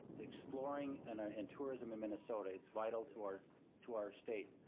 exploring and ah and tourism in minnesota it's vital to our to our state.